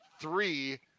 three